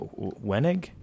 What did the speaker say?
Wenig